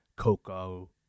Coco